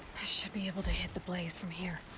i should be able to hit the blaze from here.